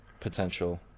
Potential